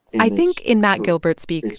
i think in matt gilbert speak,